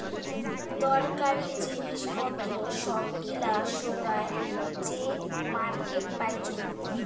দরকারী জিনিস পত্র সব গিলা সোগায় যে মার্কেটে পাইচুঙ